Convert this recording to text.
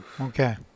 Okay